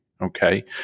Okay